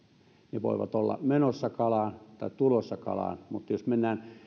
ne voivat olla menossa kalaan tai tulossa kalaan mutta jos mennään